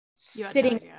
sitting